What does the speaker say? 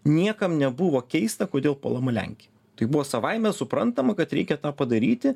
niekam nebuvo keista kodėl puolama lenkija tai buvo savaime suprantama kad reikia tą padaryti